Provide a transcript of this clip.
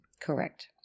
correct